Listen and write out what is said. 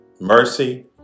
mercy